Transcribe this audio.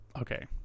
Okay